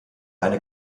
eine